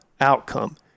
outcome